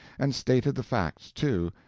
and stated the facts, too,